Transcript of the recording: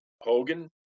Hogan